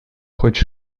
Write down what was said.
хоть